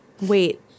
wait